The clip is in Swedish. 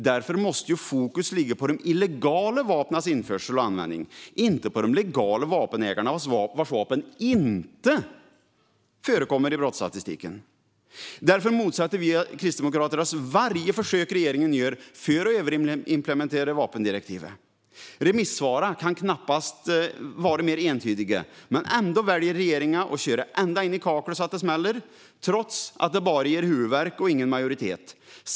Därför måste fokus ligga på de illegala vapnens införsel och användning, inte på de legala vapenägarna vilkas vapen inte förekommer i brottsstatistiken. Därför motsätter vi kristdemokrater oss varje försök regeringen gör för att överimplementera vapendirektivet. Remissvaren kan knappast vara mer entydiga. Men ändå väljer regeringen att köra ända in i kaklet så att det smäller, trots att det bara ger huvudvärk och ingen majoritet.